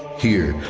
here,